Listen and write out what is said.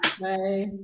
Bye